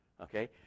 Okay